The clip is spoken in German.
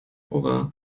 over